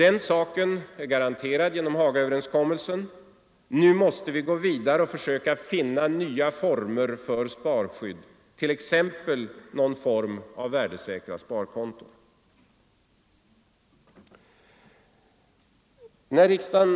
En sådan åtgärd är garanterad genom Hagaöverenskommelsen Nu måste vi gå vidare och finna nya former för sparskydd, t.ex. någon form av värdesäkra sparkonton. Herr talman!